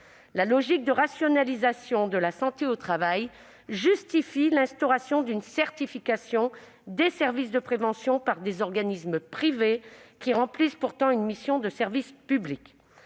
La logique de rationalisation de la santé au travail justifie l'instauration d'une certification des services de prévention par des organismes privés, qui remplissent pourtant une mission de service public.